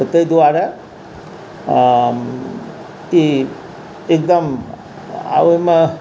तऽ तै दुआरे ई एकदम आओर ओइमे